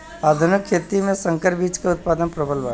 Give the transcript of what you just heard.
आधुनिक खेती में संकर बीज क उतपादन प्रबल बा